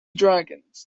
dragons